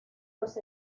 los